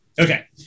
Okay